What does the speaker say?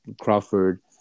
Crawford